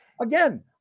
Again